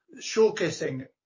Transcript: showcasing